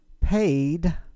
paid